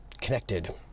connected